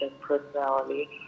personality